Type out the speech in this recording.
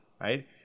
right